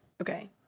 okay